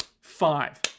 Five